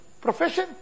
Profession